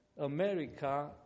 America